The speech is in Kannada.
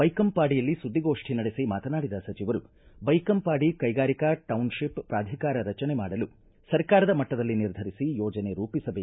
ಬೈಕಂಪಾಡಿಯಲ್ಲಿ ಸುದ್ದಿಗೋಷ್ಠಿ ನಡೆಸಿ ಮಾತನಾಡಿದ ಸಚಿವರು ಬೈಕಂಪಾಡಿ ಕೈಗಾರಿಕಾ ಟೌನ್ಶಿಪ್ ಪ್ರಾಧಿಕಾರ ರಚನೆ ಮಾಡಲು ಸರ್ಕಾರದ ಮಟ್ಟದಲ್ಲಿ ನಿರ್ಧರಿಸಿ ಯೋಜನೆ ರೂಪಿಸಬೇಕಿದೆ